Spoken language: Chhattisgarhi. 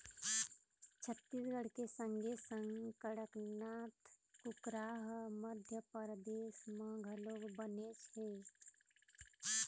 छत्तीसगढ़ के संगे संग कड़कनाथ कुकरा ह मध्यपरदेस म घलोक बनेच हे